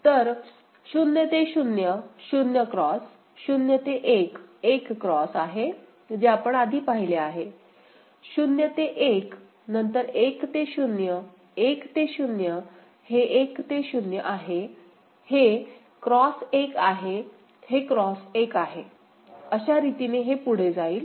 तर 0 ते 0 0 X 0 ते 1 1 X आहे जे आपण आधी पाहिले आहे 0 ते 1 नंतर 1 ते 0 1 ते 0 हे 1 ते 0 आहे हे X 1 आहे हे X 1 आहे अशा रीतीने हे पुढे जाईल